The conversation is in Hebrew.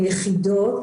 מיחידות,